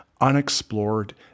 unexplored